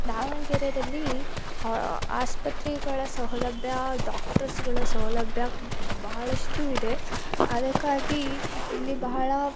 ದಾವಣಗೆರೆಯಲ್ಲಿ ಆಸ್ಪತ್ರೆಗಳ ಸೌಲಭ್ಯ ಡಾಕ್ಟರ್ಸ್ಗಳ ಸೌಲಭ್ಯ ಬಹಳಷ್ಟು ಇದೆ ಅದಕ್ಕಾಗಿ ಇಲ್ಲಿ ಬಹಳ